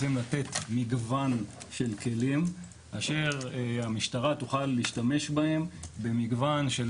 מגוון של כלים אשר המשטרה תוכל להשתמש בהם במגוון של